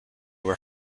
were